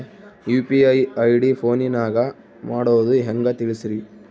UPI ID ಫೋನಿನಾಗ ಮಾಡೋದು ಹೆಂಗ ತಿಳಿಸ್ರಿ?